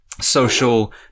Social